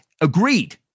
Agreed